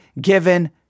given